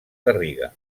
garriga